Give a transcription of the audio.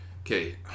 Okay